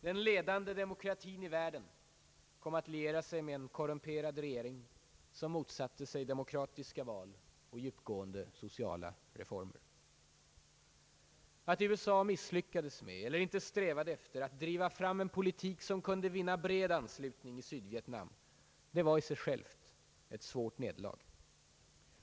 Den ledande demokratin i världen kom att liera sig med en korrumperad regering som motsatte sig demokratiska val och djupgående sociala reformer. Att USA misslyckades med, eller inte strävade efter, att driva fram en politik som kunde vinna bred anslutning i Sydvietnam var i sig självt ett svårt nederlag.